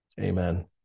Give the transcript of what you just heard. Amen